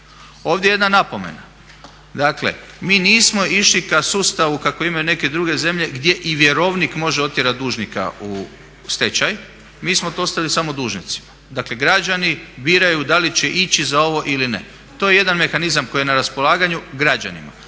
Ovdje je jedna napomena, dakle mi nismo išli ka sustavu kakav imaju neke druge zemlje gdje i vjerovnik može otjerati dužnika u stečaj. Mi smo to ostavili samo dužnicima. Dakle građani biraju da li će ići za ovo ili ne. To je jedan mehanizam koji je na raspolaganju građanima,